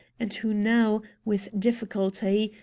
and who now, with difficulty,